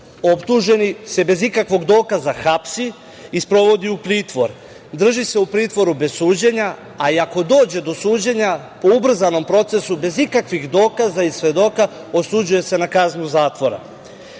Optuženi se bez ikakvog dokaza hapsi i sprovodi u pritvor, drži se u pritvoru bez suđenja, a i ako dođe do suđenja po ubrzanom procesu bez ikakvih dokaza i svedoka osuđuje se na kaznu